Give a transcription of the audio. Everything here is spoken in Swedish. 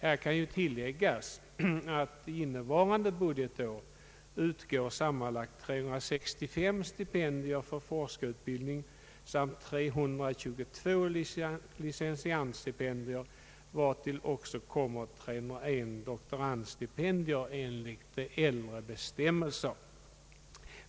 Här kan tilläggas att för in nevarande budgetår utgår sammanlagt 365 stipendier för forskarutbildning samt 322 licentiandstipendier och 301 doktorandstipendier enligt äldre bestämmelser.